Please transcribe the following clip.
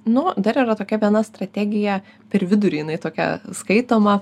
nu dar yra tokia viena strategija per vidurį jinai tokia skaitoma